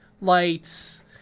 lights